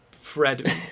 fred